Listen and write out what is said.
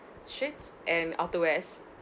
shirts and outer wears